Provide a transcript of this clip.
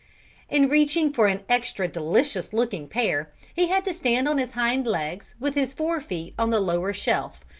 in reaching for an extra delicious-looking pear he had to stand on his hind legs with his fore feet on the lower shelf.